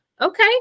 okay